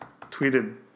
tweeted